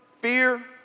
fear